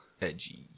Edgy